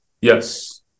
Yes